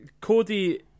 Cody